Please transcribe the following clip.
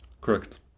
Correct